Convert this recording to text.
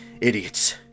Idiots